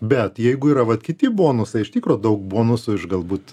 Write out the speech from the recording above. bet jeigu yra vat kiti bonusai iš tikro daug bonusų iš galbūt